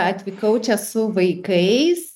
atvykau čia su vaikais